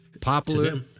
popular